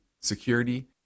security